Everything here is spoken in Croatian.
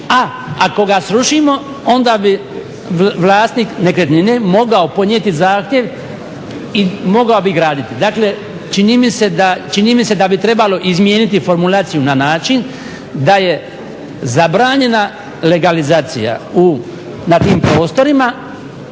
a ako ga srušimo onda bi vlasnik nekretnine mogao podnijeti zahtjev i mogao bi graditi. Dakle čini mi se da bi trebalo izmijeniti formulaciju na način da je zabranjena legalizacija na tim prostorima